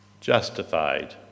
justified